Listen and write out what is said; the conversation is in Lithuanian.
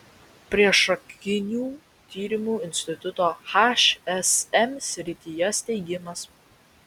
priešakinių tyrimų instituto hsm srityje steigimas